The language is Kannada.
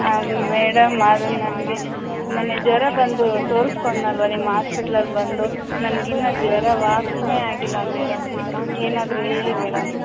ಹಾಂ ಮೇಡಮ್ ಅದು ನಂಗೆ ಮೊನ್ನೆ ಜ್ವರ ಬಂದು ತೋರಿಸ್ಕೊಂಡ್ನಲ್ವಾ ನಿಮ್ಮ ಆಸ್ಪಿಟ್ಲಲ್ಲಿ ಬಂದು ನನ್ಗೆ ಇನ್ನು ಜ್ವರ ವಾಸಿನೆ ಆಗಿಲ್ಲ ಮೇಡಮ್ ಏನಾದರು ಹೇಳಿ ಮೇಡಮ್